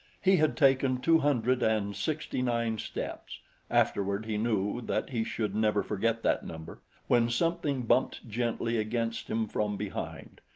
he had taken two hundred and sixty-nine steps afterward he knew that he should never forget that number when something bumped gently against him from behind.